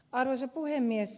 arvoisa puhemies